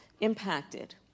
impacted